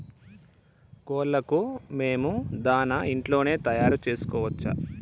కోళ్లకు మేము దాణా ఇంట్లోనే తయారు చేసుకోవచ్చా?